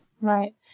Right